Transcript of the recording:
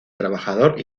trabajador